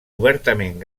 obertament